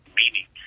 meaning